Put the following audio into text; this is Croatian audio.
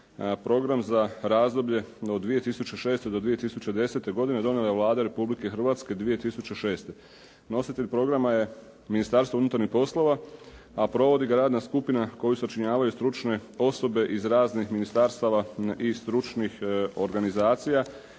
program za razdoblje od 2006. do 2010. godine donijela je Vlada Republike Hrvatske 2006. Nositelj programa je Ministarstvo unutarnjih poslova a provodi ga radna skupina koju sačinjavaju stručne osobe iz raznih ministarstava i stručnih organizacija.